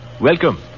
Welcome